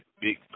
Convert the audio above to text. Big